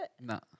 No